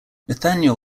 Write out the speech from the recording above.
nathaniel